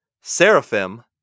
Seraphim